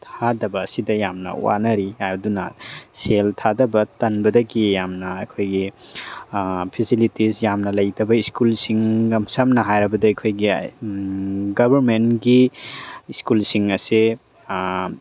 ꯊꯥꯊꯕ ꯑꯁꯤꯗ ꯌꯥꯝꯅ ꯋꯥꯅꯔꯤ ꯑꯗꯨꯅ ꯁꯦꯜ ꯊꯥꯗꯕ ꯇꯟꯕꯗꯒꯤ ꯌꯥꯝꯅ ꯑꯩꯈꯣꯏꯒꯤ ꯐꯦꯁꯤꯂꯤꯇꯤꯖ ꯌꯥꯝꯅ ꯂꯩꯇꯕ ꯁ꯭ꯀꯨꯜꯁꯤꯡ ꯌꯥꯝ ꯁꯝꯅ ꯍꯥꯏꯔꯕꯗ ꯑꯩꯈꯣꯏꯒꯤ ꯒꯣꯔꯃꯦꯟꯒꯤ ꯁ꯭ꯀꯨꯜꯁꯤꯡ ꯑꯁꯦ